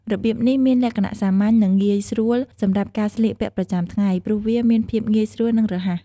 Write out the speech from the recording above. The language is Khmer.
របៀបនេះមានលក្ខណៈសាមញ្ញ និងងាយស្រួលសម្រាប់ការស្លៀកពាក់ប្រចាំថ្ងៃ ព្រោះវាមានភាពងាយស្រួល និងរហ័ស។